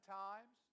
times